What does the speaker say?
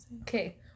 Okay